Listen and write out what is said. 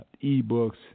e-books